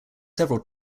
several